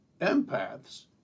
Empaths